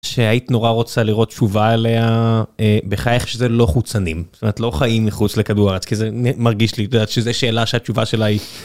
שהיית נורא רוצה לראות תשובה עליה, אה... בחייך, שזה לא חוצנים. את יודעת... לא חיים מחוץ לכדור הארץ... כי זה מרגיש לי את יודעת שזה שאלה שהתשובה שלה היא...